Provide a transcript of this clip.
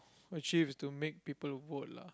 achieve is to make people vote lah